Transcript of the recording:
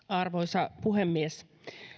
arvoisa puhemies